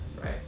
right